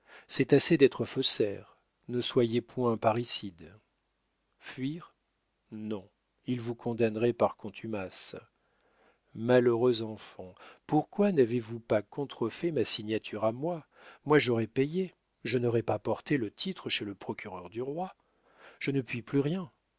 c'est assez d'être faussaire ne soyez point parricide fuir non ils vous condamneraient par contumace malheureux enfant pourquoi n'avez-vous pas contrefait ma signature à moi moi j'aurais payé je n'aurais pas porté le titre chez le procureur du roi je ne puis plus rien